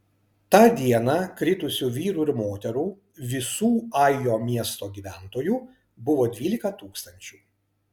tą dieną kritusių vyrų ir moterų visų ajo miesto gyventojų buvo dvylika tūkstančių